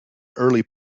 early